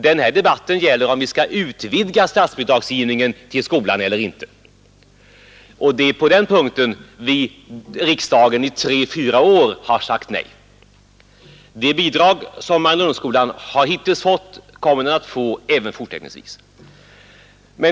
Den här debatten gäller om vi skall utvidga statsbidragsgivningen till skolan eller inte, och det är på den punkten riksdagen tre fyra år har sagt nej. Det bidrag som Mariannelundsskolan hittills har fått kommer den att få även forsättningsvis.